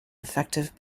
effective